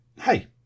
hey